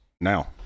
now